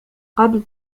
قبل